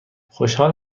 خوشحال